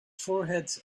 forehead